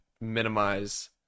minimize